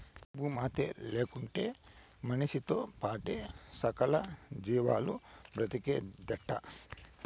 ఈ భూమాతే లేకుంటే మనిసితో పాటే సకల జీవాలు బ్రతికేదెట్టా